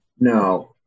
No